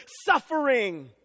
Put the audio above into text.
Suffering